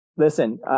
listen